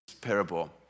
parable